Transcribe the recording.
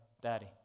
daddy